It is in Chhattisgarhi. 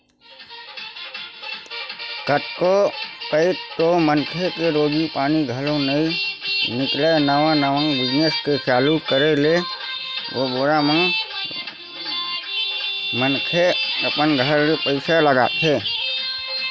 कतको पइत तो मनखे के रोजी पानी घलो नइ निकलय नवा नवा बिजनेस के चालू करे ले ओ बेरा म मनखे अपन घर ले पइसा लगाथे